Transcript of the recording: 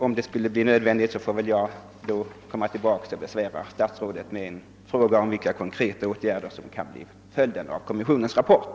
Om så skulle bli nödvändigt, får jag väl då återigen besvära statsrådet med frågor om vilka konkreta åtgärder som kan bli följden av kommissionens rapport.